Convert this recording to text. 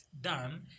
done